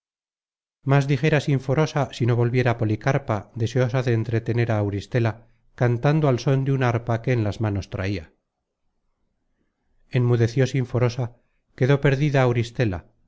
más dijera sinforosa si no volviera policarpa deseosa de entretener á auristela cantando al són de una arpa que en las manos traia enmudeció sinforosa quedó perdida auristela